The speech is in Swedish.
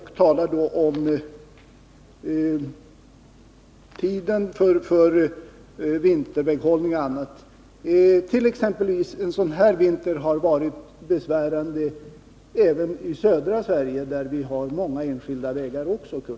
Han talar om tiden för vinterväghållning och annat. Men exempelvis en sådan här vinter har varit besvärande även i södra Sverige, där vi också har många enskilda vägar, Kurt Hugosson.